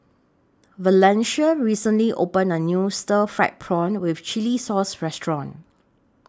Valencia recently opened A New Stir Fried Prawn with Chili Sauce Restaurant